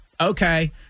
okay